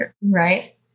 right